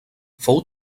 fou